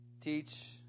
teach